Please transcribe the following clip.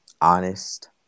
honest